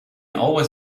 always